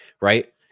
right